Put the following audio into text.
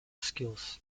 skills